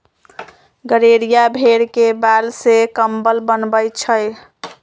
गड़ेरिया भेड़ के बाल से कम्बल बनबई छई